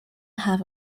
have